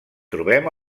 trobem